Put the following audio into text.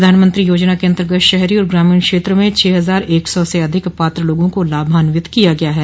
प्रधानमंत्रो योजना के अन्तर्गत शहरी और ग्रामीण क्षेत्र में छह हजार एक सौ से अधिक पात्र लोगों को लाभान्वित किया गया है